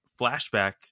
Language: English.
flashback